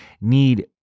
need